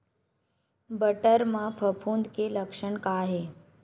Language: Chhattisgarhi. बटर म फफूंद के लक्षण का हे?